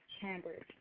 Cambridge